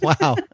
Wow